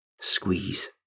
squeeze